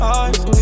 eyes